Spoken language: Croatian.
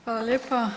Hvala lijepa.